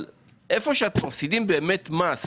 אבל איפה שאתם באמת מפסידים מס